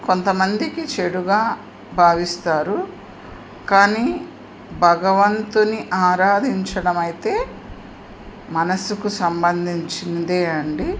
కొంతమందికి చెడుగా భావిస్తారు కానీ భగవంతుని ఆరాధించడం అయితే మనసుకు సంబంధించింది అండి